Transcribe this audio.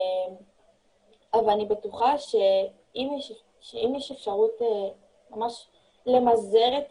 אבל אני בטוחה שאם יש אפשרות למזער את